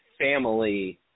family